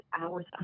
hours